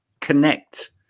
connect